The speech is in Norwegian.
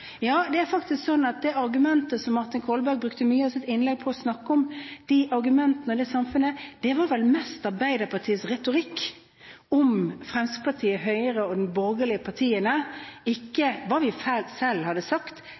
Ja, det er faktisk sånn at de argumentene som Martin Kolberg brukte mye av sitt innlegg på å snakke om, og det samfunnet han snakket om, var vel mest Arbeiderpartiets retorikk om Fremskrittspartiet, Høyre og de borgerlige partiene, ikke hva vi selv hadde sagt